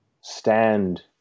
stand